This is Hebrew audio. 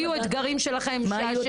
היו אתגרים שלכם,